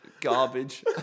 garbage